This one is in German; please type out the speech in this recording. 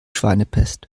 schweinepest